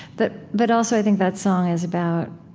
but but also i think that song is about